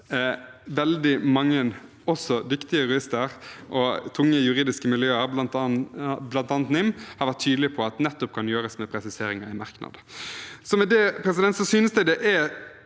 veldig mange dyktige jurister og tunge juridiske miljøer, bl.a. NIM, har vært tydelige på at nettopp kan gjøres med presiseringer i merknader. Med det synes jeg det er